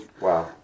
wow